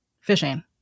fishing